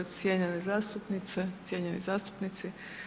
Cijenjene zastupnice, cijenjeni zastupnici.